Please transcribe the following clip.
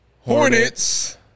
Hornets